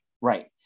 Right